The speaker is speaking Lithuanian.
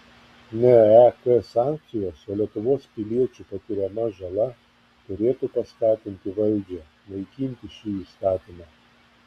ne ek sankcijos o lietuvos piliečių patiriama žala turėtų paskatinti valdžią naikinti šį įstatymą